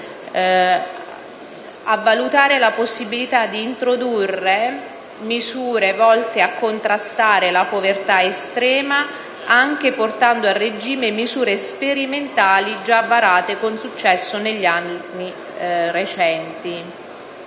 a valutare la possibilità di introdurre misure volte a contrastare la povertà estrema, anche portando a regime misure sperimentali già varate con successo negli anni recenti».